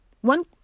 One